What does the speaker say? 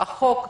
חוק